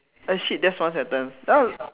eh shit that's one sentence